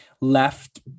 left